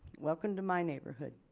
welcome to my neighborhood